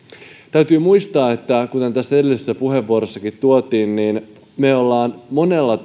täytyy muistaa että kuten edellisessäkin puheenvuorossa tuotiin esille hallitus on monella